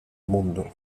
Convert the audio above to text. mundo